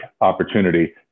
opportunity